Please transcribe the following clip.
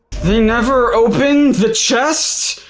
they never opened the chest.